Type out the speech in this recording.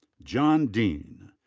john deane.